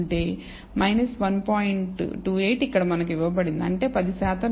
28 ఇక్కడ మనకు ఇవ్వబడింది అంటే 10 శాతం నమూనాలు 1